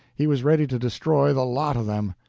he was ready to destroy the lot of them.